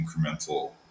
incremental